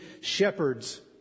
shepherds